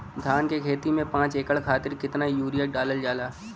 धान क खेती में पांच एकड़ खातिर कितना यूरिया डालल जाला?